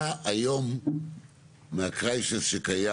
כתוצאה מה - Crisis שהיה,